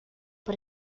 but